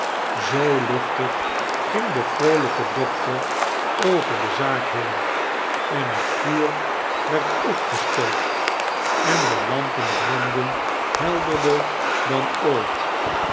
zoo luchtig ging de vroolijke doctor over de zaak heen en het vuur werd opgestookt en de lampen brandden helderder dan ooit